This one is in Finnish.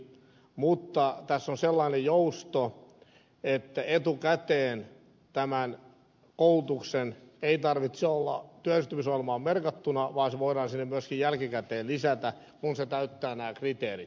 mutta tässä on sellainen jousto että etukäteen tämän koulutuksen ei tarvitse olla työllistymisohjelmaan merkattuna vaan se voidaan sinne myöskin jälkikäteen lisätä kun se täyttää nämä kriteerit